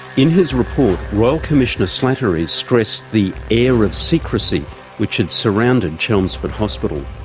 in his report, royal commissioner slattery stressed the air of secrecy which had surrounded chelmsford hospital.